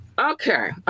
Okay